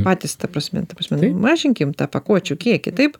patys ta prasme ta prasme mažinkim tą pakuočių kiekį taip